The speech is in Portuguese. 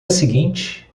seguinte